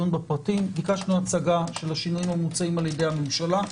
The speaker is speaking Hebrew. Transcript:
ביקשנו הצגה של השינויים המוצעים על-ידי הממשלה.